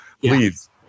please